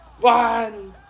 One